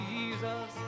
Jesus